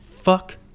Fuck